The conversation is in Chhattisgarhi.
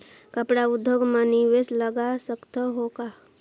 कपड़ा उद्योग म निवेश लगा सकत हो का?